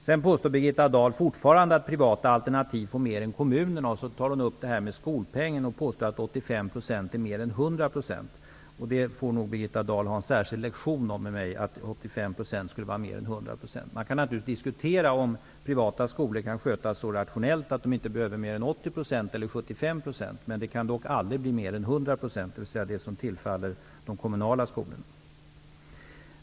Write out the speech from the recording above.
Birgitta Dahl påstår fortfarande att privata alternativ får mer än kommunerna. Hon tar upp frågan om skolpengen och påstår att 85 % är mer är 100 %. Det får nog Birgitta Dahl ha en särkild lektion med mig om, dvs. att 85 % skulle vara mer än 100 %. Man kan givetvis diskutera om privata skolor kan skötas så rationellt att de inte behöver mer än 80 % eller 75 %. Men det kan dock aldrig bli mer än 100 %, vilket är vad som tillfaller de kommunala skolorna.